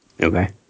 Okay